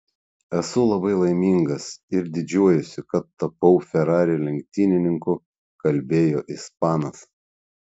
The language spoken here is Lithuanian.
esu labai laimingas ir didžiuojuosi kad tapau ferrari lenktynininku kalbėjo ispanas